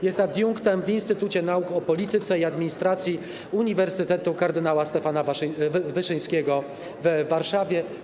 Jest adiunktem w Instytucie Nauk o Polityce i Administracji Uniwersytetu Kardynała Stefana Wyszyńskiego w Warszawie.